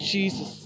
Jesus